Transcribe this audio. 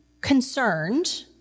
concerned